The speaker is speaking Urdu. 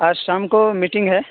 آج شام کو میٹنگ ہے